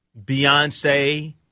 Beyonce